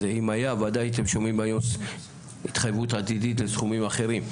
אם הייתה וועדה הייתם שומעים התחייבות עתידית על סכומים אחרים,